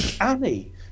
Annie